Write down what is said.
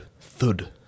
thud